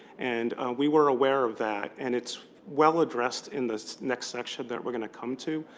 and we were aware of that. and it's well-addressed in the next section that we're going to come to.